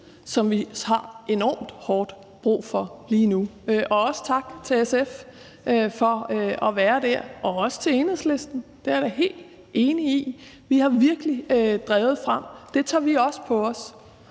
som vi har enormt hårdt brug for lige nu. Og også tak til SF for at være der, og også til Enhedslisten. Det er jeg da helt enig i – vi har virkelig drevet meget frem. Det tager vi også på os.